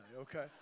okay